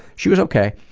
she was okay,